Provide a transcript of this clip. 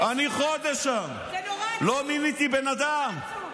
אני חודש שם, לא מיניתי בן אדם.